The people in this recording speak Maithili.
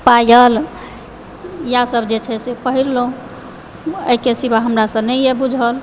पायल इएहसभ जे छै से पहिरलहुँ एहिके सिवा हमरा नहिए बुझल